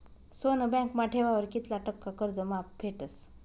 सोनं बँकमा ठेवावर कित्ला टक्का कर्ज माफ भेटस?